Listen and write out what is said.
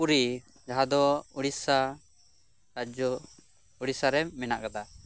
ᱯᱩᱨᱤ ᱡᱟᱦᱟᱸ ᱫᱚ ᱩᱲᱤᱥᱥᱟ ᱨᱟᱡᱽᱡᱚ ᱩᱲᱤᱥᱥᱟ ᱨᱮ ᱢᱮᱱᱟᱜ ᱠᱟᱫᱟ